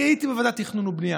אני הייתי בוועדת תכנון ובנייה,